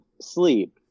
sleep